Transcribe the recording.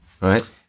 Right